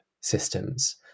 systems